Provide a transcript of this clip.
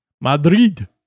Madrid